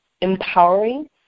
empowering